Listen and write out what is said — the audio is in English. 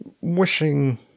wishing